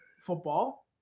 football